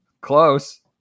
Close